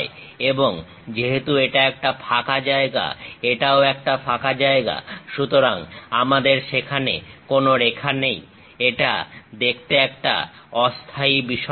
এবং যেহেতু এটা একটা ফাঁকা জায়গা এটাও একটা ফাঁকা জায়গা সুতরাং আমাদের সেখানে কোনো রেখা নেই এটা দেখতে একটা অস্থায়ী বিষয়ের মত